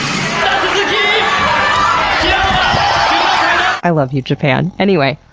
i love you, japan. anyway.